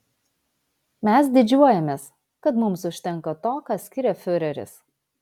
mes didžiuojamės kad mums užtenka to ką skiria fiureris